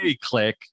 Click